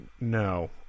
No